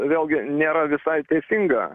vėlgi nėra visai teisinga